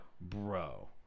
Bro